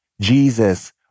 Jesus